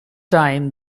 time